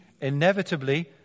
inevitably